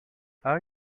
are